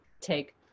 take